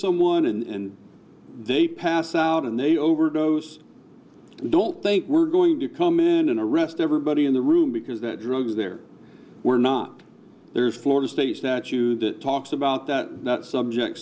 someone and they pass out and they overdose i don't think we're going to come in and arrest everybody in the room because that drugs there were not there is florida state statute that talks about that that subject